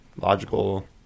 logical